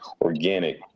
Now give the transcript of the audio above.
organic